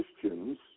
Christians